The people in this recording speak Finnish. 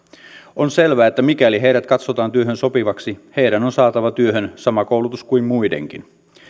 on selvää että mikäli heidät katsotaan työhön sopivaksi heidän on saatava työhön sama koulutus kuin muidenkin